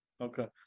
Okay